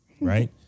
right